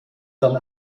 dann